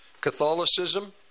Catholicism